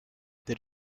this